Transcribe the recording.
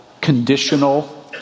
conditional